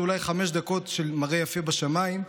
זה אולי חמש דקות של מראה יפה בשמיים,